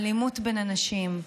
אלימות בין אנשים,